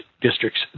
districts